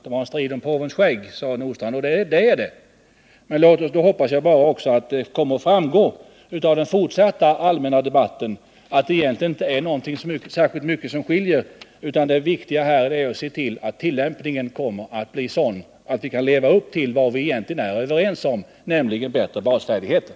Det är en strid om påvens skägg, sade Ove Nordstrandh. Ja, det är det, men jag hoppas också att det kommer att framgå av den fortsatta allmänna debatten att det egentligen inte är särskilt mycket som skiljer oss åt. Viktigt är att se till att tillämpningen blir sådan att det blir möjligt att uppnå det som vi egentligen är överens om, nämligen bättre basfärdigheter.